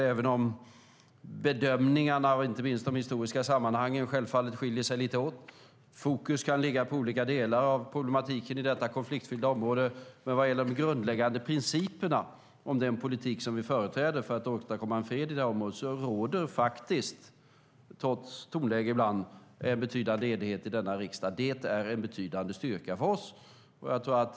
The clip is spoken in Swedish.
Även om bedömningarna av inte minst de historiska sammanhangen självfallet skiljer sig lite åt och även om fokus kan ligga på olika delar av problematiken i detta konfliktfyllda område konstaterar jag till slut följande: Vad gäller de grundläggande principerna för den politik som vi företräder för att åstadkomma fred i området råder - trots tonläget ibland - en betydande enighet i denna riksdag. Det är en betydande styrka för oss.